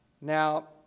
Now